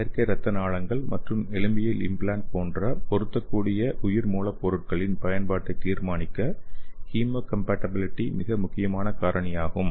செயற்கை இரத்த நாளங்கள் மற்றும் எலும்பியல் இம்ப்லான்ட் போன்ற பொருத்தக்கூடிய உயிர் மூலப்பொருட்களின் பயன்பாட்டை தீர்மானிக்க ஹீமோகாம்பாட்டிபிலிட்டி மிக முக்கியமான காரணியாகும்